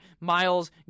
Miles